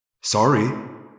Sorry